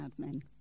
admin